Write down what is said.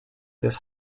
this